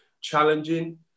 challenging